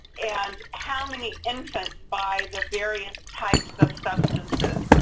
and how many infants by the various types of substances,